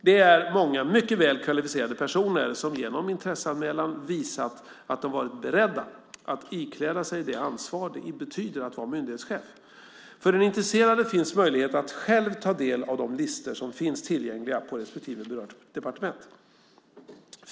Det är många mycket väl kvalificerade personer som genom intresseanmälan har visat att de varit beredda att ikläda sig det ansvar det innebär att vara myndighetschef. För den intresserade finns möjlighet att själv ta del av de listor som finns tillgängliga på respektive berört departement.